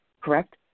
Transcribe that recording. Correct